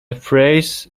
phrase